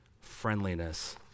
friendliness